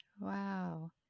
Wow